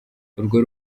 urwo